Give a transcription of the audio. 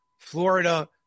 Florida